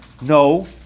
No